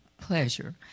pleasure